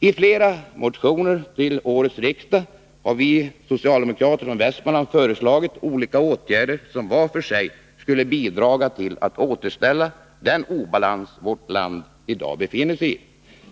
I flera motioner till årets riksdag har vi socialdemokrater från Västmanland föreslagit olika åtgärder, som var för sig skulle bidra till att avhjälpa den obalans vårt län i dag befinner sig i.